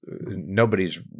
nobody's